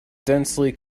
densely